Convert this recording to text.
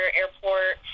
airport